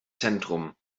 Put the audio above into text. zentrum